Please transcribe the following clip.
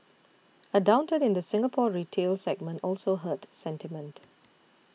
a downturn in the Singapore retail segment also hurt sentiment